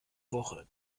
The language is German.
woche